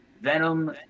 Venom